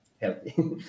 healthy